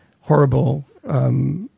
horrible